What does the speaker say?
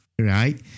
right